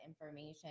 information